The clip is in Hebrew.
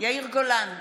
יאיר גולן,